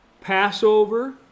Passover